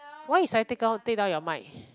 why you suddenly take out take down your mic